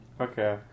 Okay